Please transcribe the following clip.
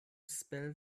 spell